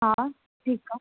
हा ठीकु आहे